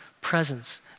presence